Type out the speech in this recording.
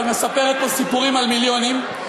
אבל מספרת פה סיפורים על מיליונים,